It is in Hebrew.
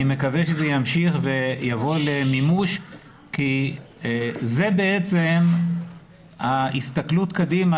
מקווה שזה ימשיך ויבוא למימוש כי זאת בעצם ההסתכלות קדימה,